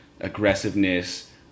aggressiveness